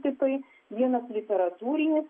tipai vienas literatūrinis